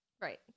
Right